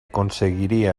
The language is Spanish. conseguiría